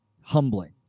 humbling